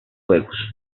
juegos